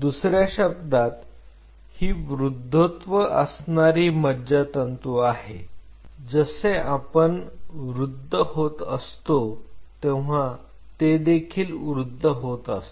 दुसर्या शब्दात ही वृद्धत्व असणारी मज्जातंतू आहे जसे आपण वृद्ध होत असतो तेव्हा ते देखील वृद्ध होत असतात